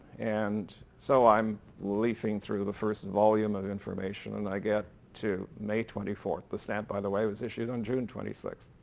and so i'm leafing through the first and volume of information and i get to may twenty fourth. the stamp by the way was issued on june twenty sixth.